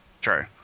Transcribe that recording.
True